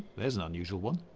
there's an unusual one.